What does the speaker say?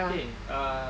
okay ah